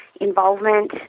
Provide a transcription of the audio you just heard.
involvement